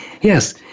Yes